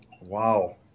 Wow